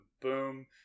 boom